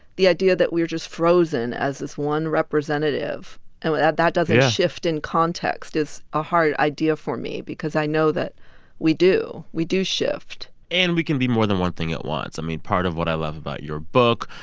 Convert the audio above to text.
the idea that we are just frozen as this one representative and that that doesn't just shift in context is a hard idea for me, because i know that we do. we do shift and we can be more than one thing at once. i mean, part of what i love about your book,